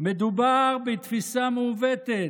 מדובר בתפיסה מעוותת,